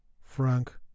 frank